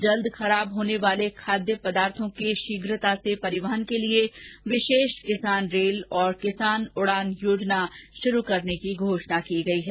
जल्द खराब होने वाले खाद्य पदार्थो के शीघ्रता से परिवहन के लिए विशेष किसान रेल और किसान उड़ान योजना शुरू करने का एलान किया गया है